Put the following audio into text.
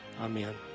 Amen